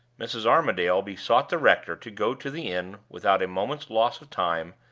mrs. armadale besought the rector to go to the inn without a moment's loss of time,